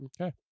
Okay